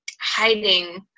hiding